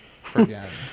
forget